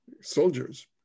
soldiers